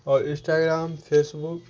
اور Instagram face بک